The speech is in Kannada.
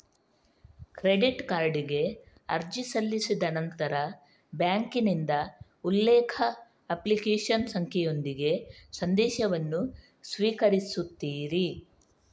ಕ್ರೆಡಿಟ್ ಕಾರ್ಡಿಗೆ ಅರ್ಜಿ ಸಲ್ಲಿಸಿದ ನಂತರ ಬ್ಯಾಂಕಿನಿಂದ ಉಲ್ಲೇಖ, ಅಪ್ಲಿಕೇಶನ್ ಸಂಖ್ಯೆಯೊಂದಿಗೆ ಸಂದೇಶವನ್ನು ಸ್ವೀಕರಿಸುತ್ತೀರಿ